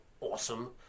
awesome